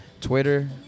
Twitter